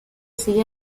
sigue